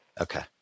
Okay